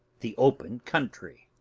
the open country.